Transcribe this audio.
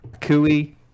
Cooey